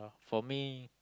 for me